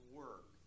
work